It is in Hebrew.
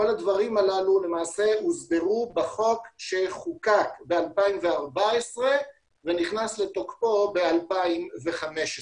כל הדברים הללו הוסדרו בחוק שחוקק ב-2014 ונכנס לתוקפו ב-2015.